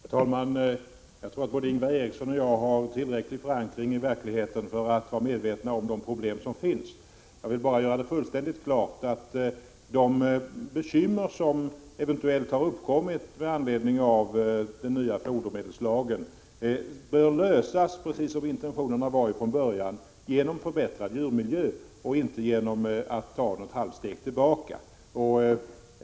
Herr talman! Jag tror att både Ingvar Eriksson och jag har tillräcklig förankring i verkligheten för att vara medvetna om de problem som finns. Jag vill bara göra fullständigt klart att de bekymmer som eventuellt har uppkommit med anledning av den nya fodermedelslagen bör lösas, precis som intentionen har varit från början, genom förbättrad djurmiljö och inte genom att ta något halft steg tillbaka.